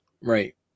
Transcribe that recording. Right